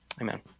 Amen